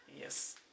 yes